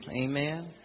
amen